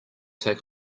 take